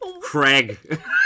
Craig